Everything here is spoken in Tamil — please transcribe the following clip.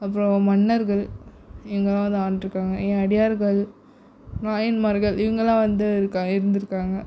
அப்பறம் மன்னர்கள் இவங்கலாம் வந்து ஆண்டுருக்காங்க ஏன் அடியார்கள் நாயன்மார்கள் இவங்கலாம் வந்து இருக்கா இருந்துருக்காங்க